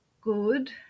good